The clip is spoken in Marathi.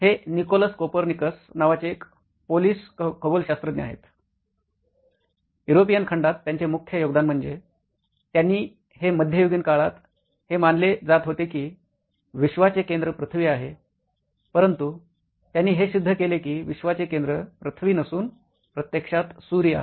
हे निकोलस कोपर्निकस नावाचे एक पोलिश खगोलशास्त्रज्ञ आहे युरोपियन खंडात त्यांचे मुख्य योगदान म्हणजे त्यांनी हे मद्ययुगीन काळात हे मानले जात होते कि विश्वाचे केंद्र पृथ्वी आहे परंतु त्यांनी हे सिद्ध केले की विश्वाचे केंद्र पृथ्वी नसून प्रत्यक्षात सूर्य आहे